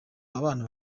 abana